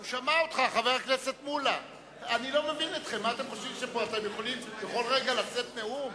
אתם מוכרים את הקרקעות.